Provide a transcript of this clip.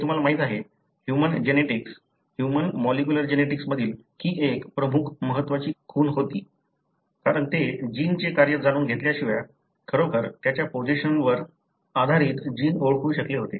हे तुम्हाला माहीत आहे human genetics human molecular genetics मधील ही एक प्रमुख महत्त्वाची खूण होती कारण ते जीनचे कार्य जाणून घेतल्याशिवाय खरोखर त्याच्या पोझिशनवर आधारित जीन ओळखू शकले होते